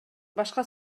башка